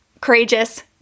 courageous